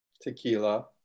tequila